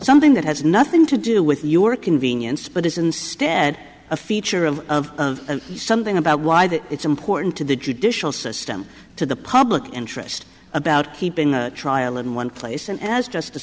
something that has nothing to do with your convenience but is instead a feature of of and something about why that it's important to the judicial system to the public interest about keeping the trial in one place and as